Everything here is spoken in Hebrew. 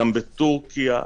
גם בטורקיה,